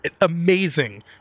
amazing